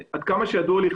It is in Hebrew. עד כמה שידוע לי,